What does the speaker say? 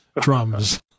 drums